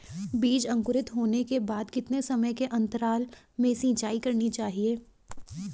बीज अंकुरित होने के बाद कितने समय के अंतराल में सिंचाई करनी चाहिए?